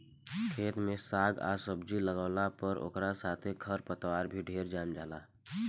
खेत में साग आ सब्जी लागावला पर ओकरा साथे खर पतवार भी ढेरे जाम जाला